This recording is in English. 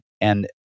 and